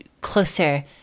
closer